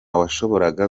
washoboraga